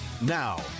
Now